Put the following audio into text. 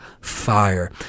Fire